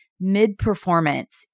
mid-performance